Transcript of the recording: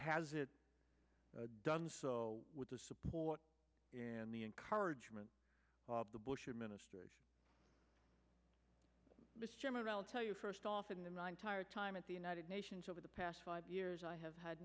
has it done so with the support and the encouragement of the bush administration first off and the entire time at the united nations over the past five years i have had